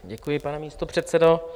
Děkuji, pane místopředsedo.